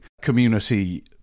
community